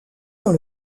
dans